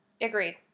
Agreed